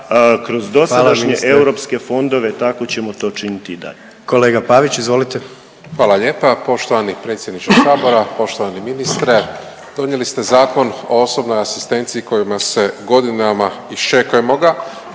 kroz dosadašnje europske fondove, tako ćemo to činiti i dalje. **Jandroković, Gordan (HDZ)** Kolega Pavić, izvolite. **Pavić, Marko (HDZ)** Hvala lijepa. Poštovani predsjedniče Sabora, poštovani ministre donijeli ste Zakon o osobnoj asistenciji kojim se godinama iščekujemo ga,